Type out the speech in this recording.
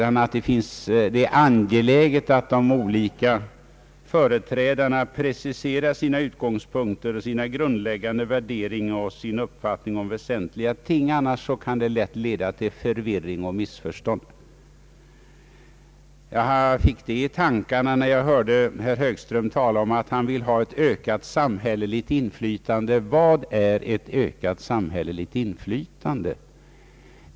Han sade att det är angeläget att de olika företrädarna preci serar sina utgångspunkter, sina grundläggande värderingar och sin uppfattning om väsentliga ting. Annars kan förvirring och missförstånd lätt uppstå. Jag kom att tänka på detta när jag hörde herr Högström säga att han vill ha ett ökat samhälleligt inflytande. Vad är ett ökat samhälleligt inflytande?